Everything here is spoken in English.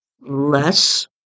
less